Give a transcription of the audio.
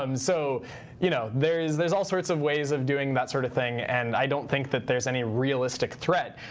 um so you know there's there's all sorts of ways of doing that sort of thing, and i don't think that there's any realistic threat.